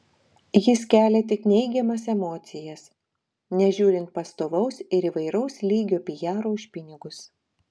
jis kelia tik neigiamas emocijas nežiūrint pastovaus ir įvairaus lygio pijaro už pinigus